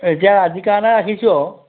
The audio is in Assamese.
এতিয়া আজিৰ কাৰণে ৰাখিছোঁ আৰু